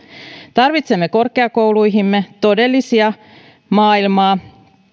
tarvitsemme korkeakouluihimme maailmaan